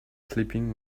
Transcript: sleeping